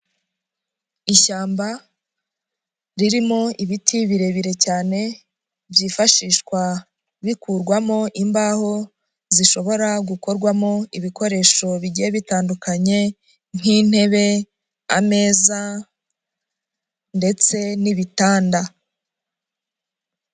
Ishyamba ririmo ibiti birebire cyane, byifashishwa rikurwamo imbaho, zishobora gukorwamo ibikoresho bigiye bitandukanye nk'intebe, ameza ndetse n'ibitanda.